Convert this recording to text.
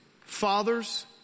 Fathers